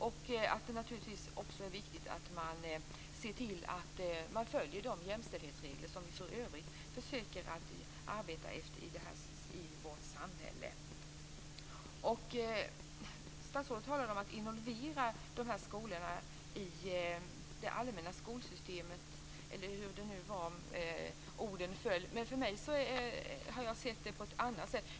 Det är också viktigt att man ser till att följa de jämställdhetsregler som vi försöker att arbeta efter i vårt samhälle. Statsrådet talar om att involvera dessa skolor i det allmänna skolsystemet eller hur nu orden föll. Jag har sett detta på ett annat sätt.